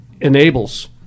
enables